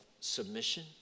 submission